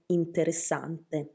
interessante